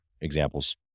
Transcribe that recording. examples